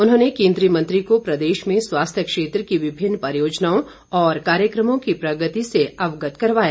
उन्होंने केंद्रीय मंत्री को प्रदेश में स्वास्थ्य क्षेत्र की विभिन्न परियोजनाओं और कार्यकमों की प्रगति से अवगत करवाया